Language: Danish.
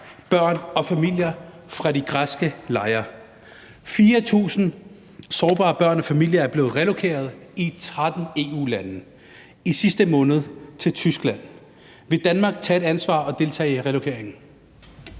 børn og familier fra de græske lejre. 4.000 sårbare børn og familier er blevet relokeret i 13 EU-lande – i sidste måned til Tyskland. Vil Danmark tage et ansvar og deltage i relokeringen?